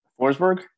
Forsberg